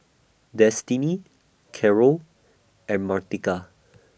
Destini Carroll and Martika